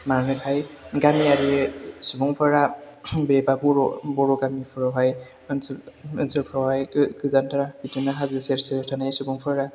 मानोना गामियारि सुबुंफोरा बेबा बर' बर' गामिफोरावहाय ओनसोलफ्रावहाय गोजान बिदिनो हाजो सेर सेर थानाय सुबुंफोरा